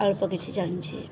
ଅଳ୍ପ କିଛି ଜାଣିଛି